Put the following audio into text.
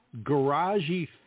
garagey